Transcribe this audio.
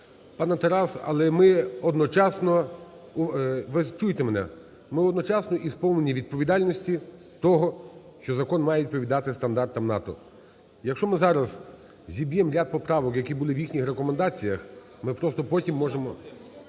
Пане Тарас, але ми одночасно… Ви чуєте мене? Ми одночасно і сповнені відповідальності того, що закон має відповідати стандартам НАТО. Якщо ми зараз зіб'ємо ряд поправок, які були в їхніх рекомендаціях, ми просто потім можемо